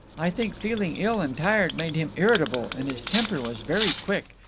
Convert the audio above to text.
i think feeling ill and tired made him irritable, and his temper was very quick.